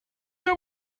mehr